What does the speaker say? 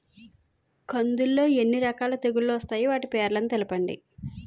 కందులు లో ఎన్ని రకాల తెగులు వస్తాయి? వాటి పేర్లను తెలపండి?